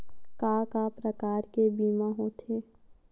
का का प्रकार के बीमा होथे?